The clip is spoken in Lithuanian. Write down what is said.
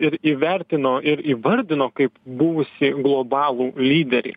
ir įvertino ir įvardino kaip buvusį globalų lyderį